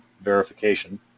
verification